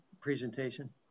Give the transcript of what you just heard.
presentation